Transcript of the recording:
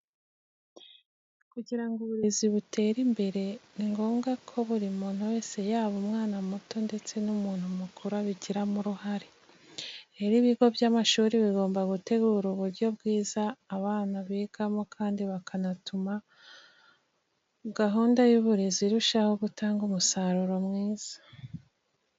Kugira ngo uburezi butere imbere ni ngombwa ko buri muntu wese yaba umwana muto ndetse n'umuntu mukuru abigiramo uruhare. Rero ibigo by'amashuri bigomba gutegura uburyo bwiza abana bigamo kandi bakanatuma gahunda y'uburezi irushaho gutanga umusaruro mwiza.